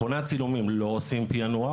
מכוני הצילומים לא עושים פענוח.